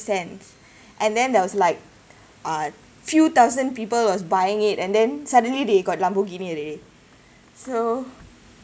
cent and then there was like uh few thousand people was buying it and then suddenly they got lamborghini already so